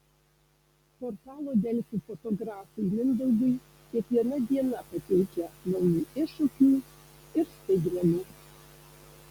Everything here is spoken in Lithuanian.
portalo delfi fotografui mindaugui kiekviena diena pateikia naujų iššūkių ir staigmenų